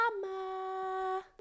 Mama